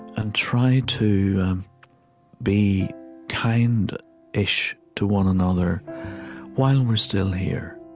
and try to be kind of kind-ish to one another while we're still here